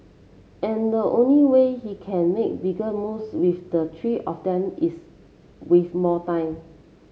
and the only way he can make bigger moves with the three of them is with more time